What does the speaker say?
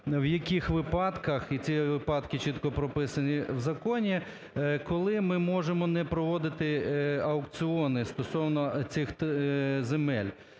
в яких випадках – і ці випадки чітко прописані в законі, - коли ми можемо не проводити аукціони стосовно цих земель.